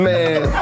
Man